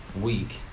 week